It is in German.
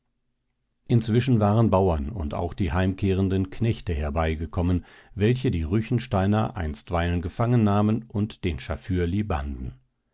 inzwischen waren bauern und auch die heimkehrenden knechte herbeigekommen welche die ruechensteiner einstweilen gefangen nahmen und den schafürli